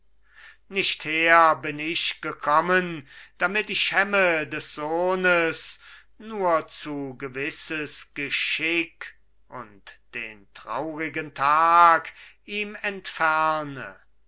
nicht her bin ich gekommen damit ich hemme des sohnes nur zu gewisses geschick und den traurigen tag ihm entferne